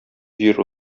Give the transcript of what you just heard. җир